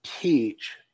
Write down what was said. teach